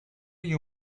you